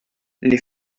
les